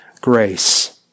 grace